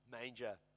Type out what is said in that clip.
Manger